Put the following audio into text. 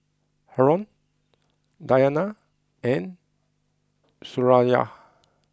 Haron Diyana and Suraya